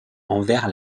envers